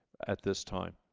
at this time